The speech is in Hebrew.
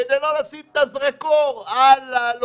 כדי לא לשים את הזרקור על הסגר,